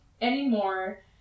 anymore